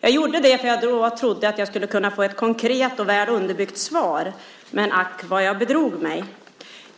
Jag gjorde det därför att jag trodde att jag skulle kunna få ett konkret och väl underbyggt svar, men ack vad jag bedrog mig.